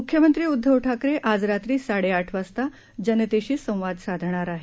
मुख्यमंत्री उद्धव ठाकरे आज रात्री साडेआठ वाजता जनतेशी संवाद साधणार आहेत